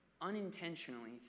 unintentionally